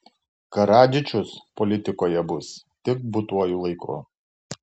karadžičius politikoje bus tik būtuoju laiku